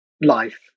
life